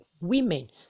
women